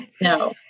no